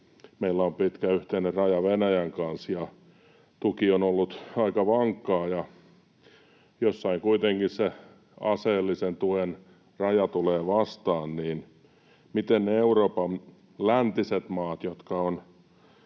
meillä on pitkä yhteinen raja Venäjän kanssa ja tuki on ollut aika vankkaa ja jossain kuitenkin se aseellisen tuen raja tulee vastaan: Miten suhtautuvat Euroopan läntiset maat, jotka